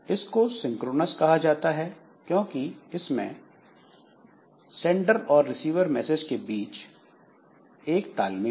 इसको सिंक्रोनस कहा जाता है क्योंकि इसमें सेंडर और रिसीवर मैसेज के बीच एक तालमेल है